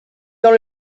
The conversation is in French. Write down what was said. dans